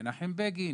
מנחם בגין,